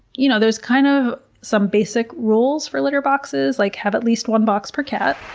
you know, there's kind of some basic rules for litter boxes, like have at least one box per cat.